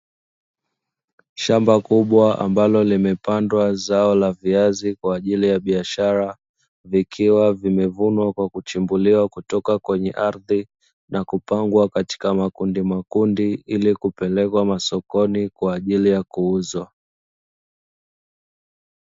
Shamba kubwa ambalo limepandwa zao la viazi kwaajili ya biashara, vikiwa vimevunwa kwa kuchimbuliwa kutoka kwenye ardhi, na kupangwa katika makundi makundi ili kupelekwa masokoni kwa ajili ya kuuzwa.